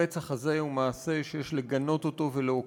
הרצח הזה הוא מעשה שיש לגנות ולהוקיע